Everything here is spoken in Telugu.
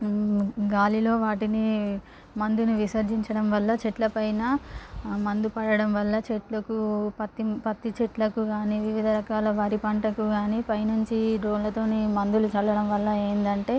గాలిలో వాటిని మందును విసర్జించడం వల్ల చెట్ల పైన మందు పడడం వల్ల చెట్లకు పత్తి పత్తి చెట్లకు కాని వివిధ రకాల వరి పంటకు కాని పైనుంచి డ్రోన్ల తోటి మందులు చల్లడం వల్ల ఏందంటే